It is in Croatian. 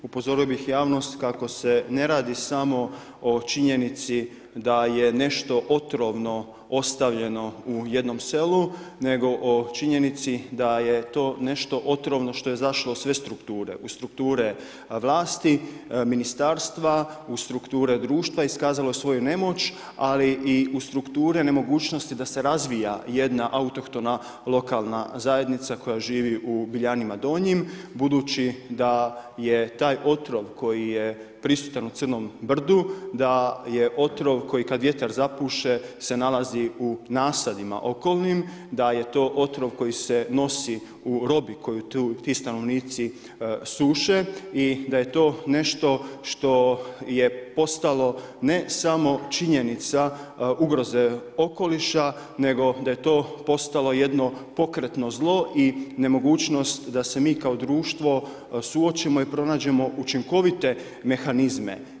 Upozorio bih javnost kako se ne radi samo o činjenici da je nešto otrovno ostavljeno u jednom selu, nego o činjenici da je to nešto otrovno što je zašlo u sve strukture u strukture vlasti, ministarstva, u strukture društva iskazalo je svoju nemoć, ali i u strukture nemogućnosti da se razvija jedna autohtona lokalna zajednica koja živi u Biljanima Donjim, budući da je taj otrov koji je prisutan u Crnom brdu da je otrov koji kada vjetar zapuše se nalazi u nasadima okolnim, da je to otrov koji se nosi u robi koju ti stanovnici suše i da je to nešto što je postalo ne samo činjenica ugroze okoliša nego da je to postalo jedno pokretno zlo i nemogućnost da se mi kao društvo suočimo i pronađemo učinkovite mehanizme.